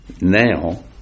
Now